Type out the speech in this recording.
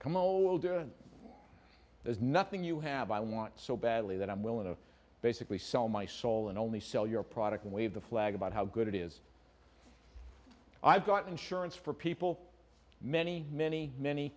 a there's nothing you have i want so badly that i'm willing to basically sell my soul and only sell your product and wave the flag about how good it is i've got insurance for people many many many